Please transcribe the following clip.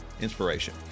inspiration